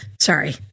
Sorry